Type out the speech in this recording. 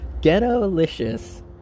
Ghetto-licious